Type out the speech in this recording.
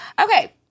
okay